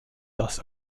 dass